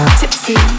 tipsy